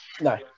No